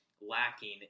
lacking